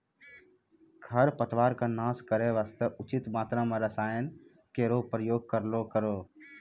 खरपतवारो क नाश करै वास्ते उचित मात्रा म रसायन केरो प्रयोग करलो करो